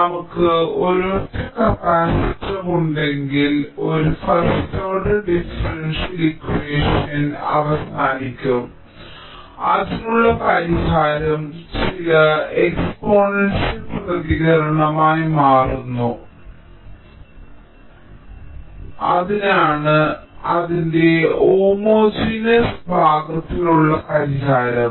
നമുക്ക് ഒരൊറ്റ കപ്പാസിറ്റർ ഉണ്ടെങ്കിൽ ഒരു ഫസ്റ്റ് ഓർഡർ ഡിഫറൻഷ്യൽ ഇക്വഷനിൽ അവസാനിക്കും അതിനുള്ള പരിഹാരം ചില എക്സ്പൊനാൻഷ്യൽ പ്രതികരണമായി മാറുന്നു അതാണ് അതിന്റെ ഹോമോജിനെസ് ഭാഗത്തിനുള്ള പരിഹാരം